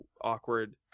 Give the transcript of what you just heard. awkward